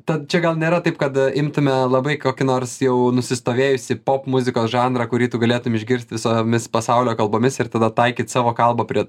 tad čia gal nėra taip kad imtume labai kokį nors jau nusistovėjusį popmuzikos žanrą kurį tu galėtum išgirst visomis pasaulio kalbomis ir tada taikyt savo kalbą prie